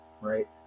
right